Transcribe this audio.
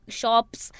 shops